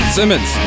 Simmons